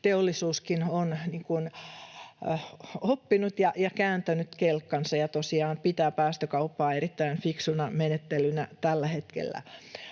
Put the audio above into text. teollisuuskin on oppinut ja kääntänyt kelkkansa ja tosiaan pitää päästökauppaa erittäin fiksuna menettelynä tällä hetkellä.